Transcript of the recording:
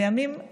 בימים אלו,